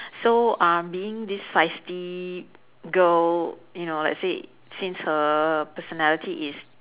so uh being this feisty girl you know let's say since her personality is